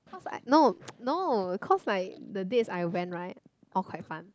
cause I no no cause like the dates I went right all quite fun